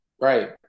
Right